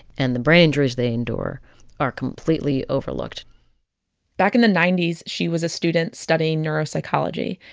and the brain injuries they endure are completely overlooked back in the ninety s she was a student studying neuropsychology.